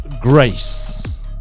grace